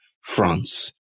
France